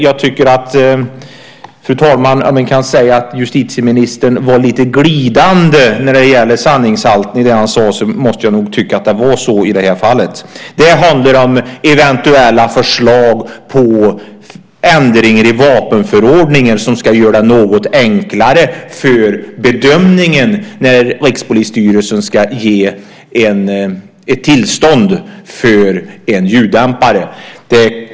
Jag tycker nog att justitieministern var lite glidande när det gäller sanningshalten i det han sade, om man kan säga så. Det handlar om eventuella förslag på ändringar i vapenförordningen som ska göra bedömningen något enklare när Rikspolisstyrelsen ska ge ett tillstånd för en ljuddämpare.